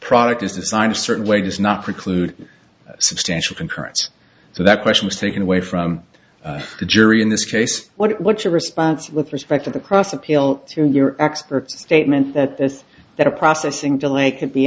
product is designed a certain way does not preclude substantial concurrence so that question was taken away from the jury in this case what's your response with respect to the cross appeal to your expert statement that this that a processing delay could be